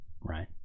right